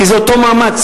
כי זה אותו מאמץ.